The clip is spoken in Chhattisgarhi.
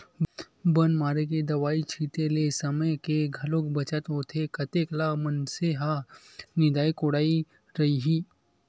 बन मारे के दवई छिते ले समे के घलोक बचत होथे कतेक ल मनसे ह निंदत कोड़त रइही